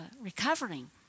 recovering